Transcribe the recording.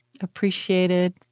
Appreciated